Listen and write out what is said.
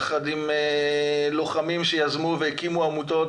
ביחד עם לוחמים שיזמו והקימו עמותות,